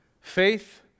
Faith